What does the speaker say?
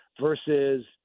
versus